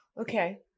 Okay